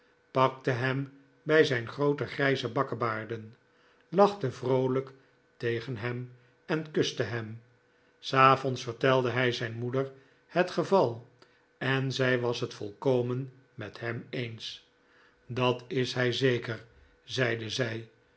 pakte hem bij zijn groote grijze bakkebaarden lachte vroolijk tegen hem en kuste hem s avonds vertelde hi zijn moeder het geval en zij was het volkomen met hem eens dat is hij zeker zeide zij